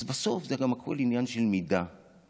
אז בסוף זה גם הכול עניין של מידה ומשקל.